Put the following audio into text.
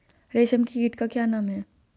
रेशम कीट का नाम क्या है?